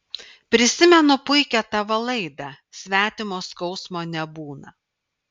prisimenu puikią tv laidą svetimo skausmo nebūna